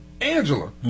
Angela